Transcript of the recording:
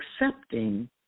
accepting